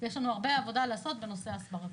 ויש לנו הרבה עבודה לעשות בנושא הסברתי.